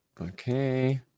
Okay